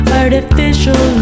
artificial